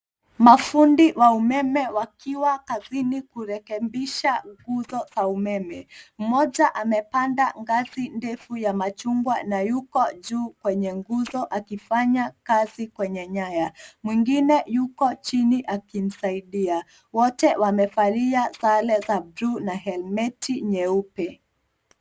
Mafundi wa umeme wakiwa kazini kurekebisha nguzo za umeme. Mmoja amepanda ngazi ndefu ya machungwa na yuko juu kwenye nguzo akifanya kazi kwenye nyaya. Mwengine yuko chini akimsaidia. Wote wamevalia sare za buluu helmeti nyeupe.